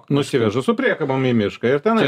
nusiveža su priekabom į mišką ir tenai